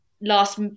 last